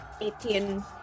eighteen